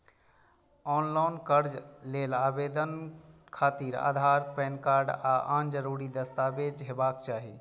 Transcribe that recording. ऑनलॉन कर्ज लेल आवेदन खातिर आधार, पैन कार्ड आ आन जरूरी दस्तावेज हेबाक चाही